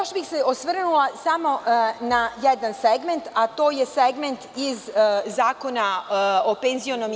Još bih se osvrnula samo na jedan segment, a to je segment iz Zakona o PIO.